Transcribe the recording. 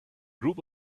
group